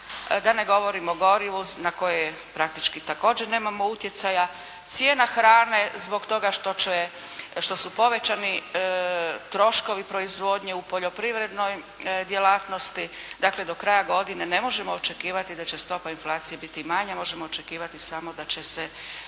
Da ne govorim o gorivu na koje praktički također nemamo utjecaja. Cijena hrane zbog toga što će, što su povećani troškovi proizvodnje u poljoprivrednoj djelatnosti. Dakle do kraja godine ne možemo očekivati da će stopa inflacije biti manja. Možemo očekivati samo da će se